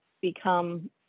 become